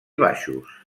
baixos